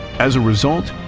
as a result,